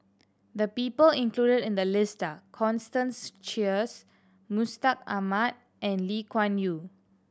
the people included in the list are Constance Sheares Mustaq Ahmad and Lee Kuan Yew